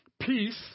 peace